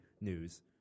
news